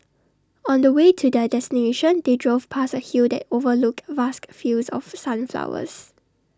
on the way to their destination they drove past A hill that overlooked vast fields of sunflowers